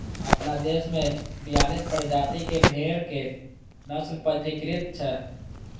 अपना देश मे बियालीस प्रजाति के भेड़क नस्ल पंजीकृत छै